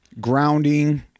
grounding